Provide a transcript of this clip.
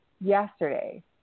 yesterday